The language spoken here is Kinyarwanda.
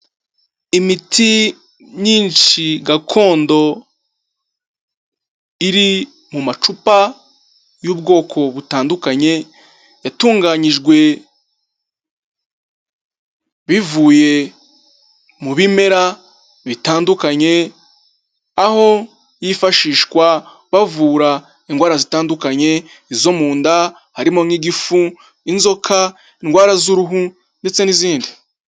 Imiti myinshi gakondo iri mu macupa y'ubwoko butandukanye yatunganyijwe bivuye mu bimera bitandukanye, aho yifashishwa bavura indwara zitandukanye, izo munda harimo nk'igifu, inzoka, indwara z'uruhu ndetse n'izindi.